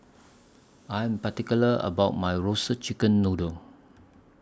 I Am particular about My Roasted Chicken Noodle